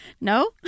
No